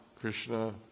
Krishna